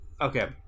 Okay